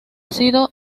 sido